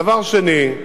דבר שני,